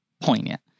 poignant